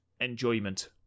enjoyment